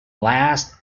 last